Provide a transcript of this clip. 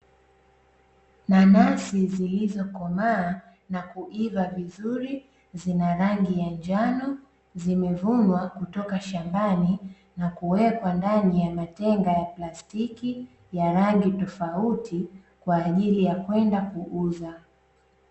Nanasi zilizokomaa na kuiva vizuri zina rangi ya njano zimevunwa kutoka shambani, na kuwekwa ndani ya matenga ya plastiki ya rangi tofauti kwa ajili ya kwenda kuuza.